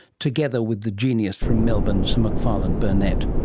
together with the genius from melbourne, sir mcfarlane burnet.